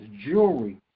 jewelry